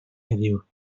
heddiw